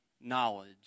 knowledge